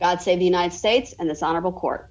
god save the united states and this honorable court